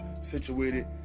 situated